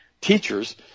teachers